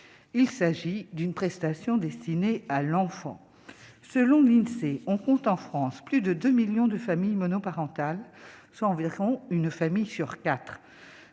il s'agit d'une prestation destinée à l'enfant, selon l'Insee, on compte en France plus de 2 millions de familles monoparentales, soit environ une famille sur quatre